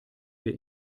der